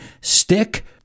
stick